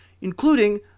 including